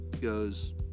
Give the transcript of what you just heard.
goes